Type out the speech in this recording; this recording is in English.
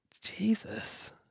Jesus